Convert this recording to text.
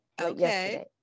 okay